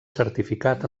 certificat